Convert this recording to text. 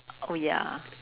oh ya